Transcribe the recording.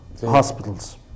hospitals